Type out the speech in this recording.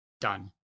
Done